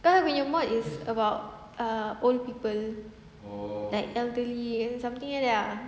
is about err old people like elderly something like that ah